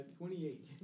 28